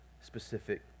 specific